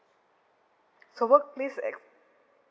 so workplace ac~